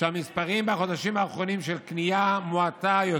המדינה עוד לא התארגנה,